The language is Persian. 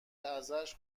ازش